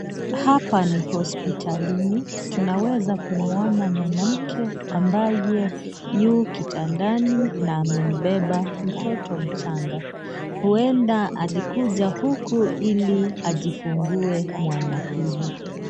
Hapa ni hospitalini, tunaweza kumwona mwanamke ambaye yu kitandani na amembeba mtoto mchanga ,huenda alikuja huku ili ajifungue mwana huyu.